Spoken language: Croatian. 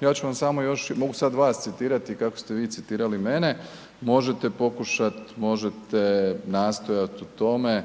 Ja ću vam samo još, mogu sad vas citirati kako ste vi citirali mene, možete pokušati, možete nastojat u tome